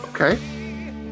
Okay